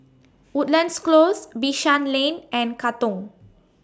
Woodlands Close Bishan Lane and Katong